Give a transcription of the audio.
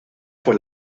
fue